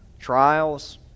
trials